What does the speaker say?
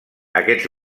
aquests